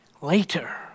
Later